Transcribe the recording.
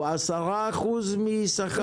הוא 10% מהשכר הממוצע.